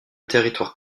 territoire